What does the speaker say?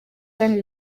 kandi